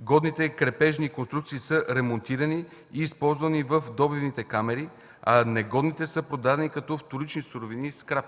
годните крепежни конструкции са ремонтирани и използвани в добивните камери, а негодните са продадени като вторични сурови – скрап.